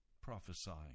prophesying